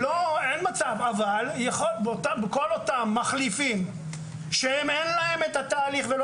כל אותם מחליפים שאין להם את התהליך ולא